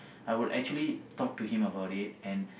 I would actually talk to him about it